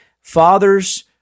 father's